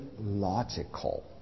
logical